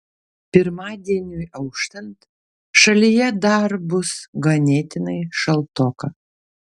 pirmadieniui auštant šalyje dar bus ganėtinai šaltoka